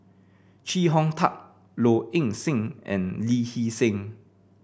Chee Hong Tat Low Ing Sing and Lee Hee Seng